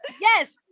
Yes